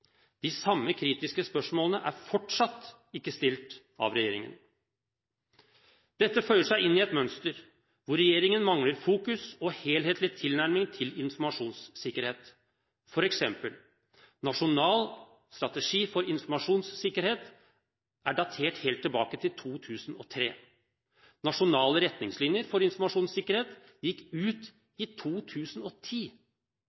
De samme kritiske spørsmålene er fortsatt ikke stilt av regjeringen. Dette føyer seg inn i et mønster hvor regjeringen mangler fokus og helhetlig tilnærming til informasjonssikkerhet. For eksempel er Nasjonal strategi for informasjonssikkerhet datert helt tilbake til 2003. Nasjonale retningslinjer for informasjonssikkerhet gikk